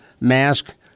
mask